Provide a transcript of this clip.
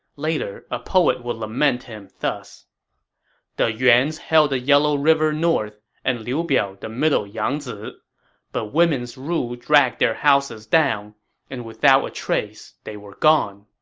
later, a poet would lament him thus the yuans held the yellow river north and liu biao the middle yangzi but women's rule dragged their houses down and without a trace they were gone